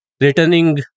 returning